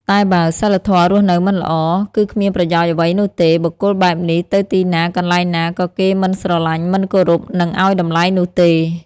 តែបើ សីលធម៌រស់នៅមិនល្អ គឺគ្មានប្រយោជន៍អ្វីនោះទេ បុគ្គលបែបនេះទៅទីណា កន្លែងណា ក៏គេមិនស្រឡាញ់ មិនគោរព និងឱ្យតម្លៃនោះទេ។